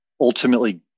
ultimately